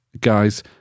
guys